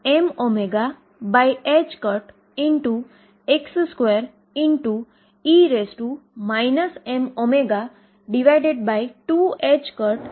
અહીં પોટેંશિયલ અનંત છેતેથી કોઈપણ ફાઈનાઈટ એનર્જી પાર્ટીકલ ત્યાં હોઈ શકતા નથી અને ψ x L જે 0 છે